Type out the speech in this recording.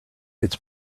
its